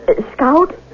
Scout